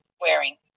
wearing